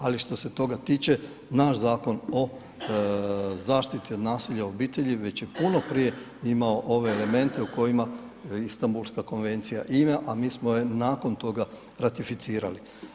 Ali što se toga tiče naš Zakon o zaštiti od nasilja u obitelji već je puno prije imao ove elemente u kojima Istambulska konvencija ima, a mi smo je nakon toga ratificirali.